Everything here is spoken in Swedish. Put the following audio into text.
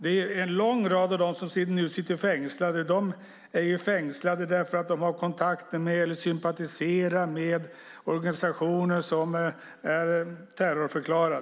En lång rad av dem som nu är fängslade är det för att de har kontakter med eller sympatiserar med organisationer som är terrorförklarade.